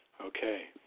Okay